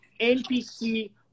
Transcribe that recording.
NPC